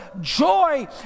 joy